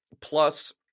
plus